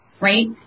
right